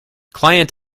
client